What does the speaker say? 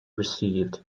received